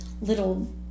little